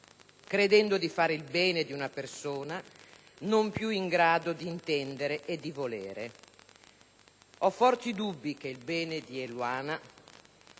credendo di fare il bene di una persona non più in grado di intendere e di volere. Ho forti dubbi che il bene di Eluana